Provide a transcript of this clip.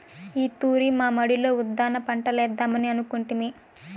ఈ తూరి మా మడిలో ఉద్దాన పంటలేద్దామని అనుకొంటిమి